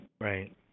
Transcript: right